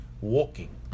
walking